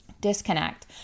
disconnect